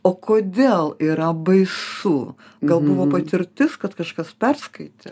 o kodėl yra baisu gal buvo patirtis kad kažkas perskaitė